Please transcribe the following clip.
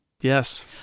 yes